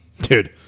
dude